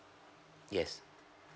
yes